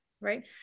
right